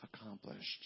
accomplished